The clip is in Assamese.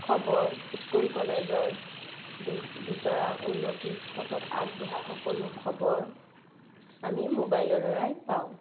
খবৰ স্কুল কলেজৰ বি বিচৰা উন্নতিৰ পথত আগবঢ়া সকলো খবৰ আমি মোবাইলৰ দ্বাৰাই পাওঁ